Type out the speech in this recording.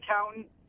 accountant